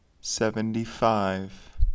Seventy-five